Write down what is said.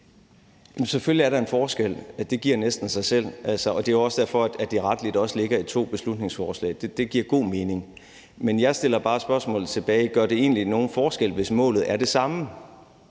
Selvfølgelig er der en forskel. Det giver næsten sig selv. Det er også derfor, at det retligt ligger i to forskellige beslutningsforslag. Det giver god mening. Men jeg stiller bare spørgsmålet tilbage: Gør det egentlig nogen forskel, hvis målet er det samme?